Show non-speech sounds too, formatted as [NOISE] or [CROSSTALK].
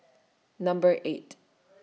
[NOISE] Number eighth